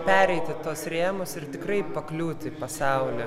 pereiti tuos rėmus ir tikrai pakliūt į pasaulį